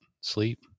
sleep